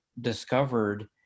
discovered